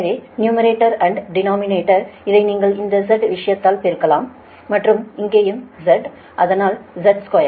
எனவே numerator and denominator இதை நீங்கள் இந்த Z விஷயத்தால் பெருக்கலாம் மற்றும் இங்கேயும் Z அதனால் Z2